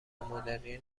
مدرنی